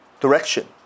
direction